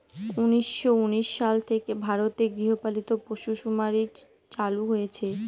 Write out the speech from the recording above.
উনিশশো উনিশ সাল থেকে ভারতে গৃহপালিত পশুসুমারী চালু হয়েছে